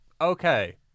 okay